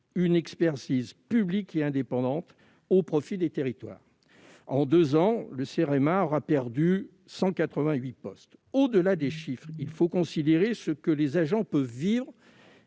une expertise publique et indépendante au profit des territoires. En deux ans, le Cerema aura perdu 188 postes. Au-delà des chiffres, il faut considérer ce que les agents peuvent vivre